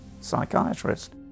psychiatrist